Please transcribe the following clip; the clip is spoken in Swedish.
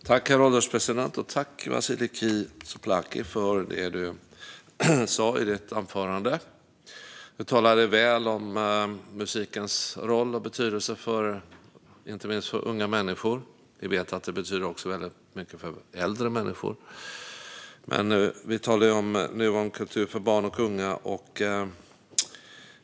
Herr ålderspresident! Tack, Vasiliki Tsouplaki, för det du sa i ditt anförande! Du talade väl om musikens roll och betydelse för inte minst unga människor. Vi vet att det betyder väldigt mycket också för äldre människor, men vi talar nu om kultur för barn och unga.